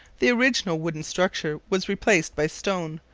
the original wooden structure was replaced by stone,